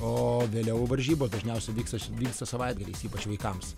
o vėliau varžybos dažniausiai vyksta vyksta savaitgaliais ypač vaikams